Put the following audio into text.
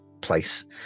place